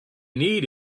need